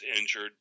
injured